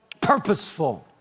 Purposeful